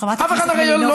אף אחד הרי לא,